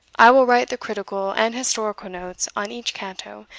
i will write the critical and historical notes on each canto,